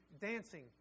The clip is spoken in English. dancing